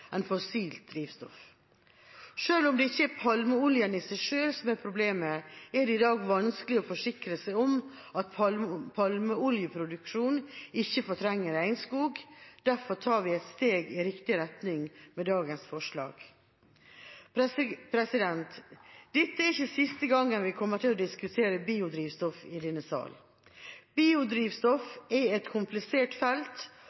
drivstoff. Selv om det ikke er palmeoljen i seg selv som er problemet, er det i dag vanskelig å forsikre seg om at palmeoljeproduksjon ikke fortrenger regnskog. Derfor tar vi et steg i riktig retning med dagens forslag. Dette er ikke siste gang vi kommer til å diskutere biodrivstoff i denne sal. Biodrivstoff er et komplisert felt